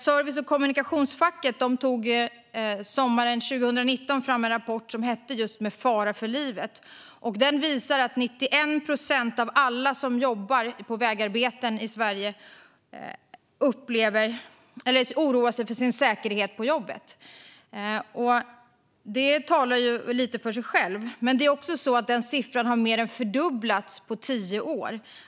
Service och kommunikationsfacket tog sommaren 2019 fram en rapport som hette Med fara för livet . Den visar att 91 procent av alla som jobbar på vägarbeten i Sverige oroar sig för sin säkerhet på jobbet. Det talar lite för sig självt. Men den siffran har mer än fördubblats på tio år.